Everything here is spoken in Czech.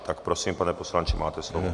Tak prosím, pane poslanče, máte slovo.